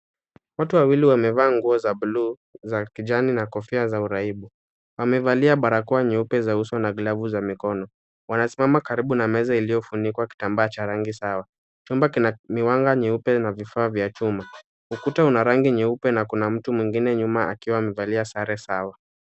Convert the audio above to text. Watu wawili wamevaa nguo za bluu za kijani na kofia za uraibu, wamevalia barakoa nyeupe za uso na glavu za mikono, wanasimama karibu na meza iliyofunikwa kitambaa cha rangi sawa. Chumba kina miwanga nyeupe na vifaa vya chuma, ukuta una rangi nyeupe na kuna mtu mwingine nyuma akiwa amevalia sare sawa.